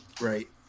right